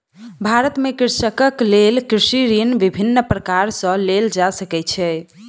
भारत में कृषकक लेल कृषि ऋण विभिन्न प्रकार सॅ लेल जा सकै छै